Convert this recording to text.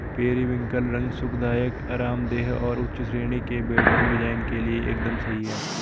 periwinkle रंग सुखदायक, आरामदेह और उच्च श्रेणी के बेडरूम डिजाइन के लिए एकदम सही है